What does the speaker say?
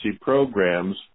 programs